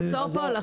חצור פה.